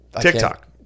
TikTok